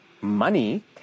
money